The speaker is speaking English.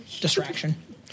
Distraction